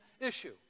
issue